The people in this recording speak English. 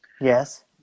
Yes